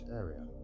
area